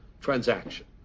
transaction